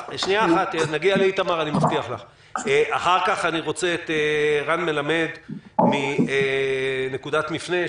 אני רוצה את רן מלמד מ"נקודת מפנה",